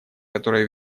которая